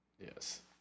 Yes